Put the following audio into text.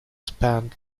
span